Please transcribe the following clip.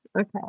Okay